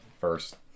first